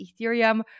Ethereum